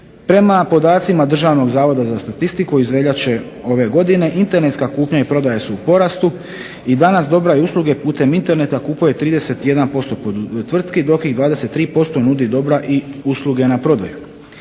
Prema podacima Državnog zavoda za statistiku iz veljače ove godine internetska kupnja i prodaja su u porastu i danas dobra i usluge putem interneta kupuje 31% tvrtki, dok ih 23% nudi dobra i usluge na prodaju.